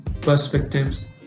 perspectives